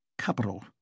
Capital